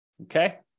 Okay